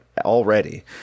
already